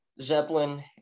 zeppelin